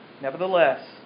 Nevertheless